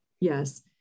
yes